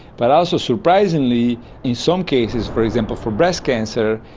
but also surprisingly in some cases, for example for breast cancer,